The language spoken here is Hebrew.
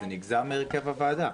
זה נגזר מהרכב הוועדה.